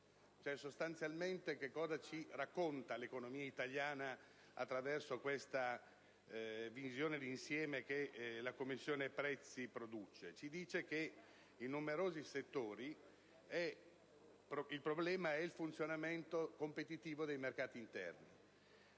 Sostanzialmente l'economia italiana, attraverso questa visione di insieme che la Commissione prezzi produce, ci racconta che in numerosi settori il problema è il funzionamento competitivo dei mercati interni.